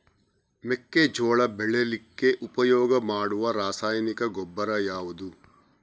ಮೆಕ್ಕೆಜೋಳ ಬೆಳೀಲಿಕ್ಕೆ ಉಪಯೋಗ ಮಾಡುವ ರಾಸಾಯನಿಕ ಗೊಬ್ಬರ ಯಾವುದು?